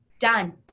done